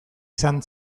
izan